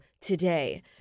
today